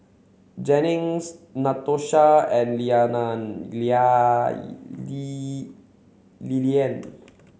Jennings Natosha and Lilyan